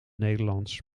nederlands